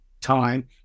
time